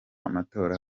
amatora